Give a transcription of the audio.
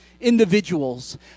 individuals